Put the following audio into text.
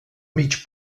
mig